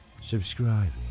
subscribing